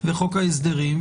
לחוק ההסדרים.